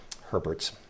Herberts